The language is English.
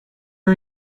are